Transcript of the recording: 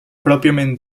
pròpiament